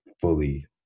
fully